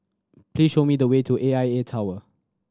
please show me the way to A I A Tower